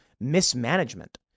mismanagement